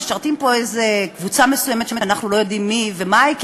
משרתים פה איזו קבוצה מסוימת שאנחנו לא יודעים מי היא ומה היא,